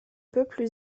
peuple